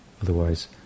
otherwise